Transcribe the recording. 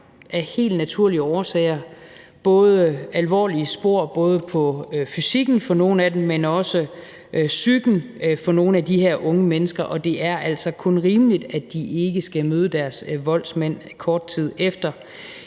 af helt naturlige årsager sat sig alvorlige spor på både fysikken for nogle af dem, men også i psyken for nogle af de her unge mennesker, og det er altså kun rimeligt, at de ikke skal møde deres voldsmænd igen kort tid efter,